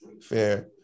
Fair